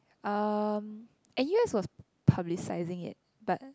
um N_U_S was publicising it but